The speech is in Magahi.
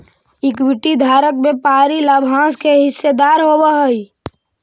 इक्विटी धारक व्यापारिक लाभांश के हिस्सेदार होवऽ हइ